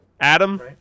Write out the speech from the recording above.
Adam